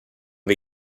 wir